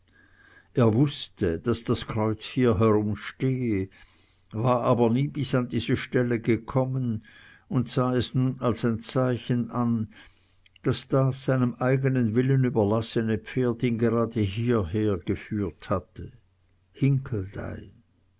er wußte daß das kreuz hierherum stehe war aber nie bis an diese stelle gekommen und sah es nun als ein zeichen an daß das seinem eigenen willen überlassene pferd ihn gerade hierher geführt hatte hinckeldey